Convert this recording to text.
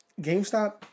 GameStop